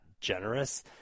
generous